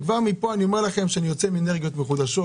כבר מפה אני אומר לכם שאני יוצא עם אנרגיות מחודשות,